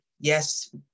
yes